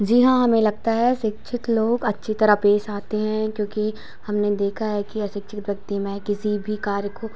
जी हाँ हमें लगता है सिक्षित लोग अच्छी तरह पेश आते हैं क्योंकि हमने देखा है कि असिक्षित व्यक्ति में किसी भी कार्य को